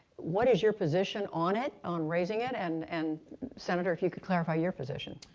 what is your position on it, on raising it, and and, senator, if you can clarify your position.